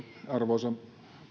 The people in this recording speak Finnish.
arvoisa